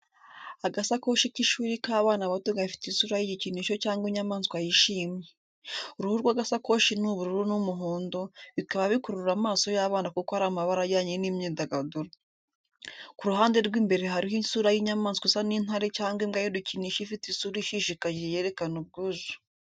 Agasakoshi k’ishuri k’abana bato gafite isura y’igikinisho cyangwa inyamaswa yishimye. Uruhu rw’agasakoshi ni ubururu n’umuhondo, bikaba bikurura amaso y’abana kuko ari amabara ajyanye n’imyidagaduro. Ku ruhande rw’imbere hariho isura y’inyamaswa isa n’intare cyangwa imbwa y’udukinisho ifite isura ishishikaje yerekana ubwuzu.